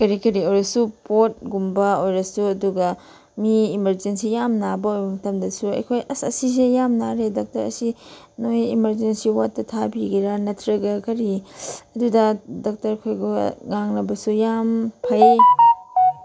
ꯀꯔꯤ ꯀꯔꯤ ꯑꯣꯏꯔꯁꯨ ꯄꯣꯠꯀꯨꯝꯕ ꯑꯣꯏꯔꯁꯨ ꯑꯗꯨꯒ ꯃꯤ ꯏꯃꯔꯖꯦꯟꯁꯤ ꯌꯥꯝ ꯅꯥꯕ ꯑꯣꯏꯕ ꯃꯇꯝꯗꯁꯨ ꯑꯩꯈꯣꯏ ꯑꯁ ꯑꯁꯤꯁꯦ ꯌꯥꯝ ꯅꯥꯔꯦ ꯗꯥꯛꯇꯔ ꯑꯁꯤ ꯅꯣꯏ ꯏꯃꯥꯔꯖꯦꯟꯁꯤ ꯋꯥꯠꯇ ꯊꯥꯕꯤꯒꯦꯔꯥ ꯅꯠꯇ꯭ꯔꯒ ꯀꯔꯤ ꯑꯗꯨꯗ ꯗꯥꯛꯇꯔꯈꯣꯏꯒ ꯉꯥꯡꯅꯕꯁꯨ ꯌꯥꯝ ꯐꯩ